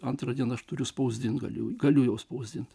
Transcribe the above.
antrą dieną aš turiu spausdint galiu jau spausdinti